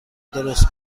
درست